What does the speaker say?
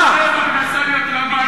את רמאללה לדחוף לעזה?